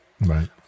Right